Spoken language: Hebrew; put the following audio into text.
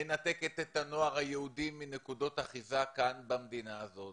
מנתקת את הנוער היהודי מנקודות אחיזה כאן במדינה הזאת,